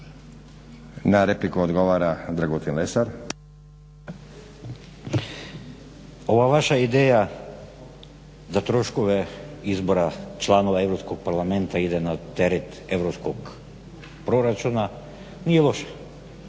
laburisti - Stranka rada)** Ova vaša ideja da troškove izbora članova EU parlamenta ide na teret europskog proračuna nije loša.